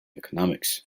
economics